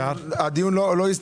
הדיון עוד ימשיך,